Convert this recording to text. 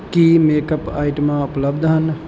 ਕੀ makeup ਆਈਟਮਾਂ ਉਪਲੱਬਧ ਹਨ